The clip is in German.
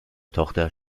tochter